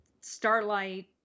Starlight